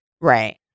Right